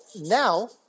now